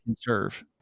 Serve